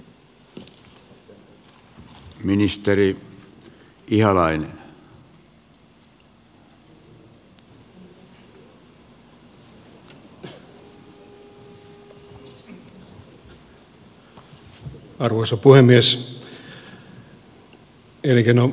arvoisa puhemies